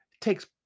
takes